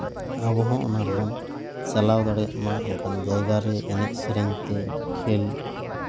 ᱟᱵᱚ ᱦᱚᱸ ᱚᱱᱟ ᱨᱮᱵᱚᱱ ᱪᱟᱞᱟᱣ ᱫᱟᱲᱮᱭᱟᱜ ᱢᱟ ᱚᱱᱠᱟᱱ ᱡᱟᱭᱜᱟ ᱨᱮ ᱮᱱᱮᱡ ᱥᱮᱨᱮᱧ ᱛᱮ ᱠᱷᱮᱞ